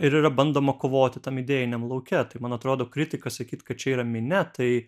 ir yra bandoma kovoti tam idėjiniam lauke tai man atrodo kritika sakyt kad čia yra minia tai